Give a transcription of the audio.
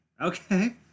Okay